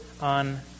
on